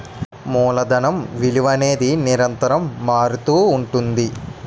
మూలధనం విలువ అనేది నిరంతరం మారుతుంటుంది